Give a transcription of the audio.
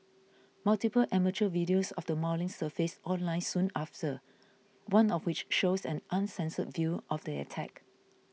multiple amateur videos of the mauling surfaced online soon after one of which shows an uncensored view of the attack